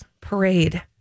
parade